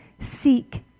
seek